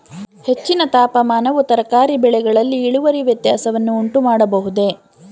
ಹೆಚ್ಚಿನ ತಾಪಮಾನವು ತರಕಾರಿ ಬೆಳೆಗಳಲ್ಲಿ ಇಳುವರಿ ವ್ಯತ್ಯಾಸವನ್ನು ಉಂಟುಮಾಡಬಹುದೇ?